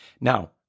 Now